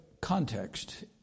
context